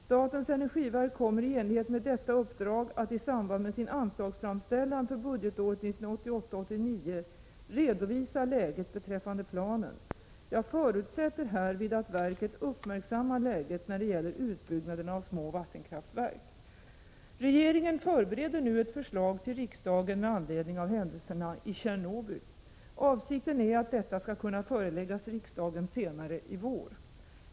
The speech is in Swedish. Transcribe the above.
Statens energiverk kommer i enlighet med detta uppdrag att i samband med sin anslagsframställan för budgetåret 1988/89 redovisa läget beträffande planen. Jag förutsätter härvid att verket uppmärksammar läget när det gäller utbyggnaden av små vattenkraftverk. Regeringen förbereder nu ett förslag till riksdagen med anledning av händelserna i Tjernobyl. Avsikten är att detta skall kunna föreläggas riksdagen senare i vår.